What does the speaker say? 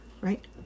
right